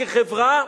כחברה,